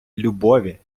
любові